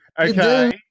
okay